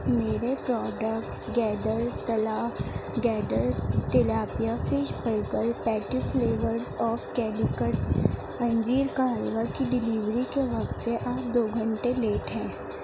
میرے پروڈکٹس گیدر تلا گیدر tilapia fish burger patty flavours of Calicut انجیر کا حلوہ کی ڈیلیوری کے وقت سے آپ دو گھنٹے لیٹ ہیں